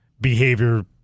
behavior